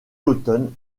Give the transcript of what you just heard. automne